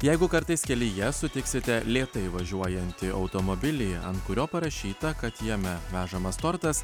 jeigu kartais kelyje sutiksite lėtai važiuojantį automobilį ant kurio parašyta kad jame vežamas tortas